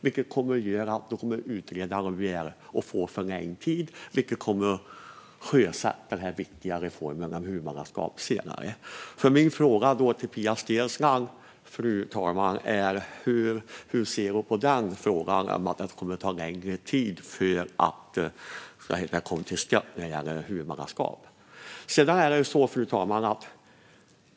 Detta kommer att leda till att utredaren begär att få förlängd tid. Denna viktiga reform av huvudmannaskapet kommer därmed att sjösättas senare. Min fråga till Pia Steensland, fru talman, är hur hon ser på att det kommer att ta längre tid att komma till skott när det gäller huvudmannaskapet. Fru talman!